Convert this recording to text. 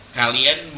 kalian